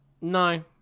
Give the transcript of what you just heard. No